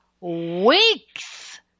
weeks